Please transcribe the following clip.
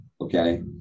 okay